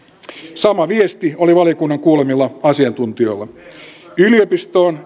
sama viesti oli valiokunnan kuulemilla asiantuntijoilla yliopistoon